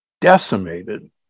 decimated